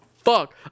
fuck